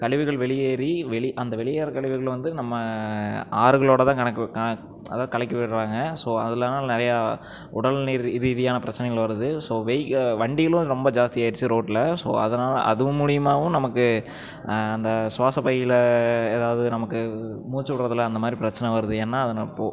கழிவுகள் வெளியேறி வெளி அந்த வெளியேறுகிற கழிவுகளை வந்து நம்ம ஆறுகளோட தான் கணக்கு அதாவது கலக்கி விடுகிறாங்க ஸோ அதெலலாம் நிறையா உடல்நீ ரீதியான பிரச்சினைகள் வருது ஸோ வெகி வண்டிகளும் ரொம்ப ஜாஸ்தியாக ஆகிருச்சி ரோட்டில் ஸோ அதனால் அது மூலயமாவும் நமக்கு அந்த சுவாச பையில் ஏதாவது நமக்கு மூச்சு விடுறதுல அந்த மாதிரி பிரச்சின வருது ஏன்னால் அது அப்போது